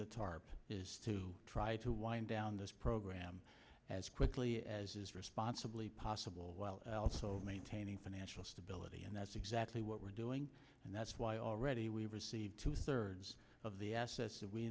the tarp is to try to wind down this program as quickly as responsibly possible while also maintaining financial stability and that's exactly what we're doing and that's why already we've received two thirds of the